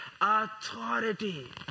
Authority